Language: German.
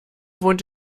wohnt